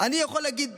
יכול להגיד